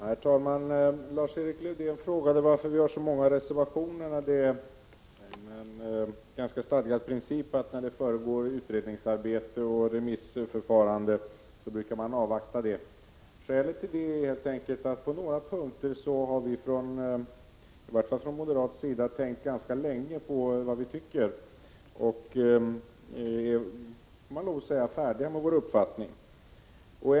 Herr talman! Lars-Erik Lövdén frågade varför vi har så många reservationer, när det pågår ett utredningsarbete och ett remissförfarande och en ganska stadgad princip brukar vara att man då avvaktar detta arbete. Skälet till detta är helt enkelt att i varje fall vi från moderaternas sida i fråga om några punkter har tänkt ganska länge och, får man lov att säga, har vår uppfattning färdig.